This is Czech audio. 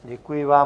Děkuji vám.